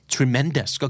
Tremendous